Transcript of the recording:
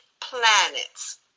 planets